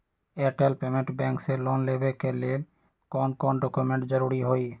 Airtel payments bank से loan लेवे के ले कौन कौन डॉक्यूमेंट जरुरी होइ?